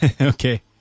Okay